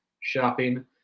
shopping